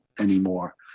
anymore